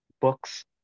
books